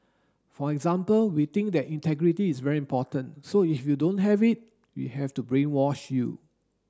for example we think that integrity is very important so if you don't have it we have to brainwash you